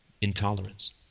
Intolerance